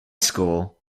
school